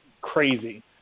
crazy